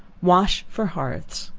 wash for hearths.